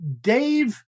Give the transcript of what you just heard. Dave